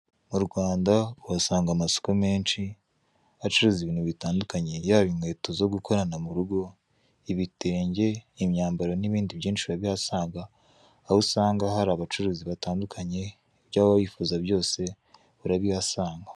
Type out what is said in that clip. Mu Rwanda uhasanga amasoko menshi acuruza ibintu bitandukanye, yaba inkweto zo gukorana mu rugo, ibitenge imyambaro n'ibindi byinshi urabihasanga aho usanga hari abacuruzi batandukanye, ibyo wifuza byose urabihasanga.